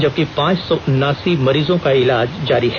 जबकि पांच सौ उनासी मरीजों का इलाज जारी है